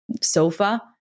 sofa